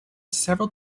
several